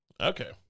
okay